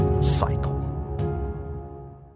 cycle